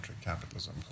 capitalism